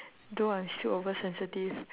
though I'm still oversensitive